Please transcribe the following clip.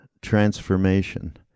transformation